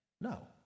no